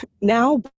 now